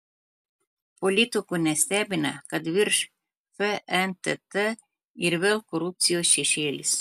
politikų nestebina kad virš fntt ir vėl korupcijos šešėlis